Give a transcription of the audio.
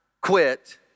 quit